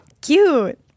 cute